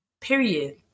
Period